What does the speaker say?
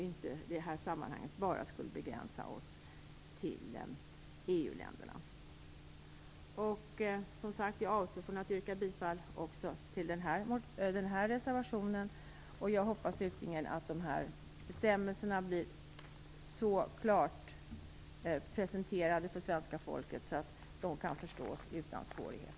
I det här sammanhanget borde vi inte begränsa oss bara till EU-länderna. Jag avstår att yrka bifall också till den här reservationen. Slutligen hoppas jag att dessa bestämmelser blir så klart presenterade för svenska folket så att de går att förstå utan svårighet.